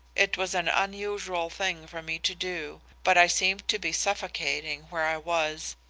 it was an unusual thing for me to do but i seemed to be suffocating where i was,